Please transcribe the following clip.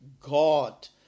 God